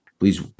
Please